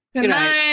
Goodnight